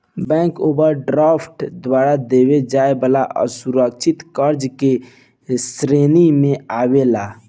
bank overdraft द्वारा देवे जाए वाला असुरकछित कर्जा के श्रेणी मे आवेला